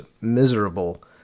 miserable